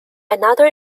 another